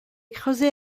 creusé